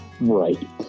Right